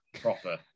proper